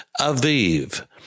Aviv